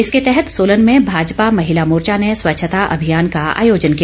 इसके तहत सोलन में भाजपा महिला मोर्चा ने स्वच्छता अभियान का आयोजन किया